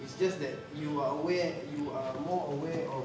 it's just that you are aware you are more aware of